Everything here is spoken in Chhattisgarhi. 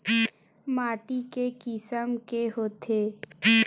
माटी के किसम के होथे?